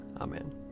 Amen